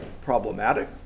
problematic